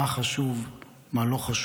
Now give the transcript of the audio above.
מה חשוב, מה לא חשוב.